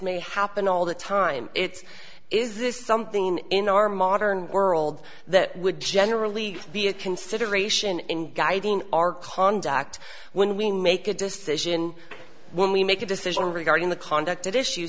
may happen all the time it's is this something in our modern world that would generally be a consideration in guiding our conduct when we make a decision when we make a decision regarding the conduct of issue